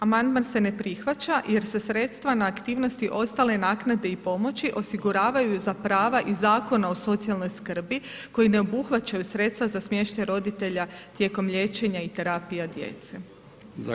Amandman se ne prihvaća jer se sredstva na aktivnosti ostale naknade i pomoći osiguravaju za prava iz Zakona o socijalnoj skrbi koji ne obuhvaćaju sredstva za smještaj roditelja tijekom liječenja i terapija djece.